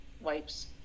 wipes